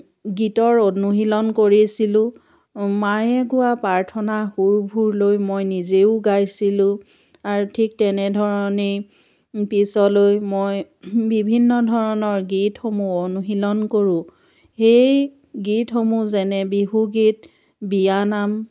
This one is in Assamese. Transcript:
গীতৰ অনুশীলন কৰিছিলোঁ মায়ে গোৱা প্ৰাৰ্থনা সুৰবোৰ লৈ মই নিজেও গাইছিলোঁ আৰু ঠিক তেনেধৰণেই পিছলৈ মই বিভিন্ন ধৰণৰ গীতসমূহ অনুশীলন কৰোঁ সেই গীতসমূহ যেনে বিহুগীত বিয়ানাম